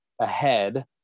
ahead